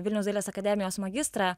vilniaus dailės akademijos magistrą